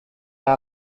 yang